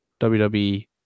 WWE